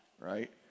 right